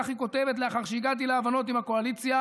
וכך היא כותבת: "לאחר שהגעתי להבנות עם הקואליציה